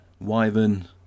Wyvern